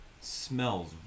smells